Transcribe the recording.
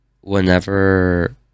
whenever